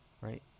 right